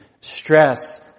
stress